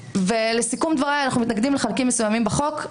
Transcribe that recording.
לסיכום דבריי, אנחנו מתנגדים לחלקים מסוימים בחוק.